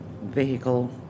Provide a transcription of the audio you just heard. vehicle